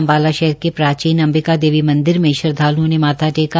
अंबाला शहर के प्राचीन अम्बिका देवी मंदिर में श्रद्धाल्ओं ने माथा टेका